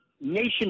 nation